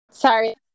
Sorry